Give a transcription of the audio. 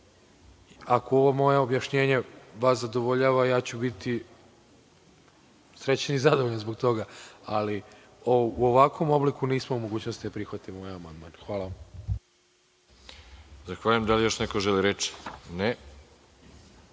Ako ovo moje objašnjenje vas zadovoljava, ja ću biti srećan zbog toga. Ali, u ovakvom obliku nismo u mogućnosti da prihvatimo amandman.